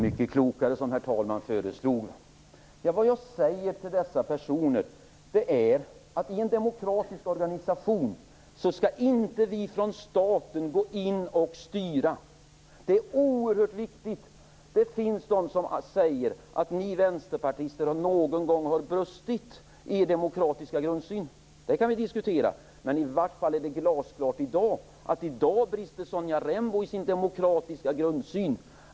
Herr talman! Jag säger till dessa personer att vi inte från staten skall styra en demokratisk organisation. Det är oerhört viktigt. Det finns en del som säger att vi vänsterpartister någon gång har brustit i vår demokratiska grundsyn, och det kan vi diskutera, men det är glasklart att det i dag är brister i Sonja Rembos demokratiska grundsyn.